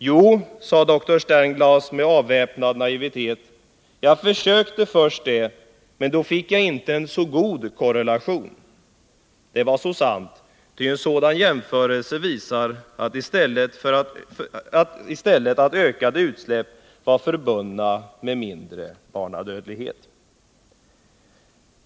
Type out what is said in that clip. Jo”, sade Sternglass, med avväpnande naivitet, jag försökte först det, men då fick jag inte en så god korrelation.” Det var så sant, ty en sådan jämförelse visar i stället att ökade utsläpp var förbundna med mindre barnadödlighet ——-.” Herr talman!